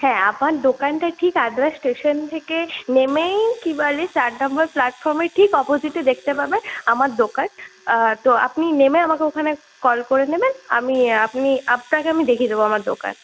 হ্যাঁ আমার দোকানটা ঠিক আদ্রা স্টেশন থেকে নেমেই কী বলে চার নাম্বার প্লাটফর্মের ঠিক অপজিটে দেখতে পাবে আমার দোকান তো আপনি নেমে আমাকে ওখানে কল করে নেবেন আমি আপনি আপনাকে আমি দেখিয়ে দেবো আমার দোকান